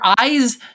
eyes